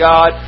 God